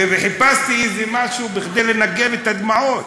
וחיפשתי איזה משהו כדי לנגב את הדמעות.